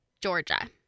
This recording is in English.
Georgia